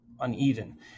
uneven